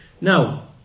Now